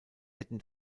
hätten